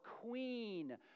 queen